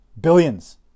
Billions